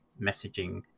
messaging